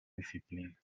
disciplina